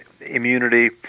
immunity